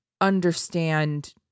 understand